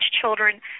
children